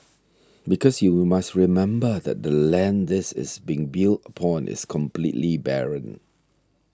because you must remember that the land this is being built upon is completely barren